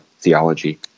theology